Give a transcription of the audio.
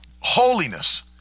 Holiness